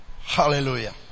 Hallelujah